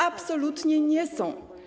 Absolutnie nie są.